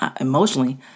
emotionally